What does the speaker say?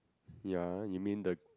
ya you mean the